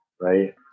right